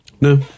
no